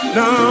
no